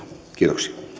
kiitoksia